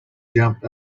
jumped